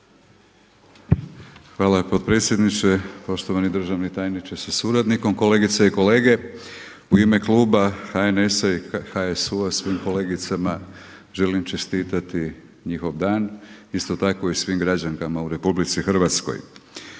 Hvala potpredsjedniče. Poštovani državni tajniče sa suradnikom, kolegice i kolege. U ime kluba HNS-HSU-a svim kolegicama želim čestiti njihov dan, isto tako i svim građankama u RH. HNS se